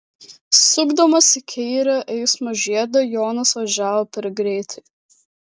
sukdamas į kairę eismo žiede jonas važiavo per greitai